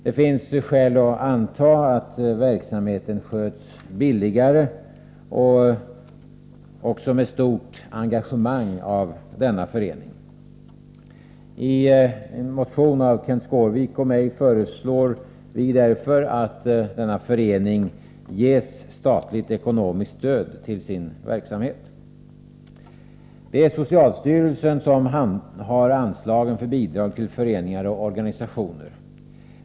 Det finns skäl att anta att verksamheten sköts billigare och med stort engagemang av denna förening. I en motion föreslår därför Kenth Skårvik och jag att denna förening ges statligt ekonomiskt stöd för sin verksamhet. Det är socialstyrelsen som handhar anslagen för bidrag till föreningar och organisationer.